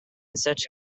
such